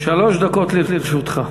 דקות לרשותך.